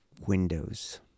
windows